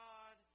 God